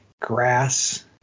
grass